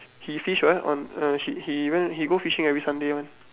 he fish what on uh he went he go fishing on every Sunday one